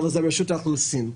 אבל זו רשות האוכלוסין.